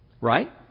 Right